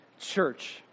church